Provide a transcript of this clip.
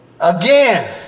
Again